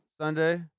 Sunday